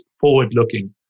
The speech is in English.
forward-looking